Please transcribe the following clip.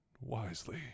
wisely